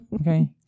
Okay